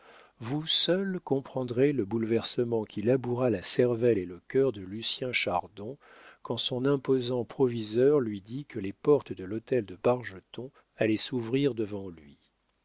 vous seuls comprendrez le bouleversement qui laboura la cervelle et le cœur de lucien chardon quand son imposant proviseur lui dit que les portes de l'hôtel de bargeton allaient s'ouvrir devant lui